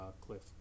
Cliff